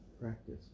practice